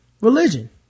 religion